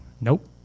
Nope